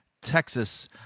Texas